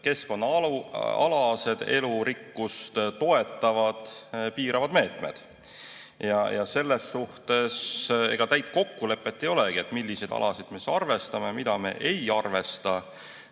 keskkonnaalased, elurikkust toetavad piiravad meetmed. Selles suhtes täit kokkulepet ei olegi, milliseid alasid me siis arvestame ja milliseid me ei arvesta.